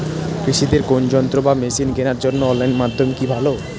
কৃষিদের কোন যন্ত্র বা মেশিন কেনার জন্য অনলাইন মাধ্যম কি ভালো?